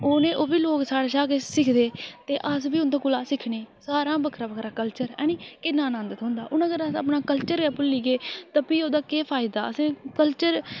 उ'नें ओह् बी लोक साढ़े कशा किश सिखने ते अस बी उं'दे कोला सिखने सारां बक्खरा बक्खरा कल्चर ऐ हैनी किन्ना नंद होंदा हून अगर अस अपना कल्चर गै भुल्ली गे ते फ्ही ओह्दा केह् फायदा फ्ही असें कल्चर